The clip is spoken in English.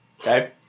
Okay